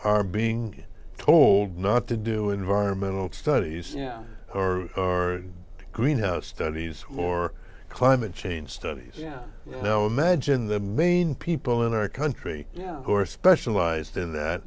are being told not to do environmental studies yeah or our greenhouse studies or climate change studies you know imagine the main people in our country yeah or specialized in that